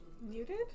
Muted